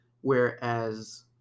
whereas